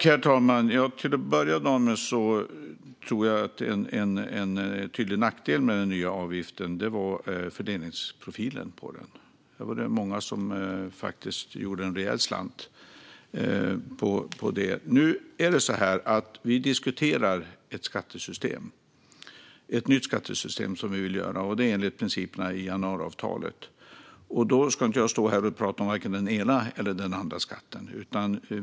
Herr talman! En tydlig nackdel med den nya avgiften var fördelningsprofilen. Det var många som faktiskt gjorde en rejäl slant. Vi diskuterar ett nytt skattesystem enligt principerna i januariavtalet. Då ska jag inte stå här och prata om den ena eller den andra skatten.